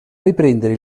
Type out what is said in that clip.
riprendere